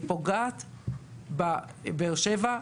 היא פוגעת בבאר שבע,